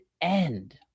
end